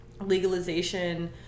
legalization